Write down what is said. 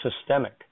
systemic